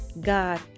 God